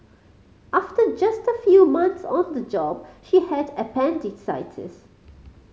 after just a few months on the job she had appendicitis